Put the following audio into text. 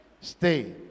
stay